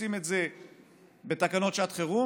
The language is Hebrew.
עושים את זה בתקנות לשעת חירום,